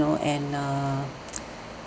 you know and err